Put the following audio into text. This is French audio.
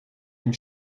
une